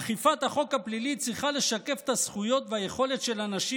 אכיפת החוק הפלילי צריכה לשקף את הזכויות והיכולת של אנשים